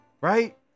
right